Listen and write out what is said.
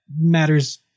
Matters